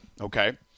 okay